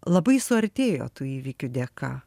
labai suartėjo tų įvykių dėka